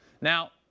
Now